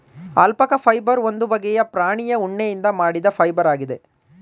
alpaca fibre ಒಂದು ಬಗ್ಗೆಯ ಪ್ರಾಣಿಯ ಉಣ್ಣೆಯಿಂದ ಮಾಡಿದ ಫೈಬರ್ ಆಗಿದೆ